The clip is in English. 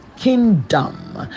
kingdom